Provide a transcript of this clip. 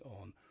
on